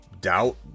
doubt